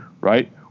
right